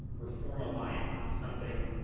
reform alliance, this is something,